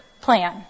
plan